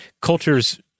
cultures